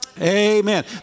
Amen